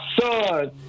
son